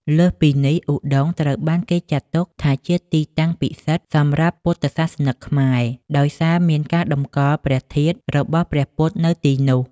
លើសពីនេះ ឧដុង្គត្រូវបានគេចាត់ទុកថាជាទីតាំងពិសិដ្ឋសម្រាប់ពុទ្ធសាសនិកខ្មែរ ដោយសារមានការតម្កល់ព្រះធាតុរបស់ព្រះពុទ្ធនៅទីនោះ។